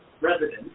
residents